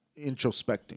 introspecting